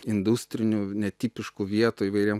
industrinių netipiškų vietų įvairiem